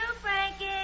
Frankie